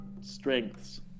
strengths